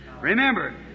Remember